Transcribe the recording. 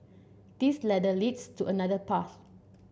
this ladder leads to another path